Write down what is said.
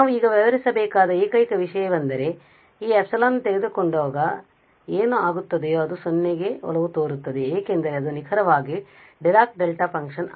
ನಾವು ಈಗ ವ್ಯವಹರಿಸಬೇಕಾದ ಏಕೈಕ ವಿಷಯವೆಂದರೆ ನಾವು ಈ ε ತೆಗೆದುಕೊಂಡಾಗ ಈಗ ಏನಾಗುತ್ತದೆಯೋ ಅದು 0 ಗೆ ಒಲವು ತೋರುತ್ತದೆ ಏಕೆಂದರೆ ಅದು ನಿಖರವಾಗಿ ಡಿರಾಕ್ ಡೆಲ್ಟಾ ಫಂಕ್ಷನ್ ವಾಗಿದೆ